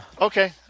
Okay